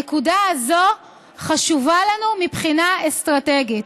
הנקודה הזאת חשובה לנו מבחינה אסטרטגית.